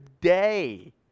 day